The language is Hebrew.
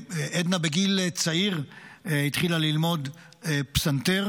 עדנה בגיל צעיר התחילה ללמוד פסנתר